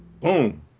Boom